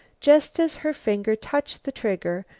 just as her finger touched the trigger,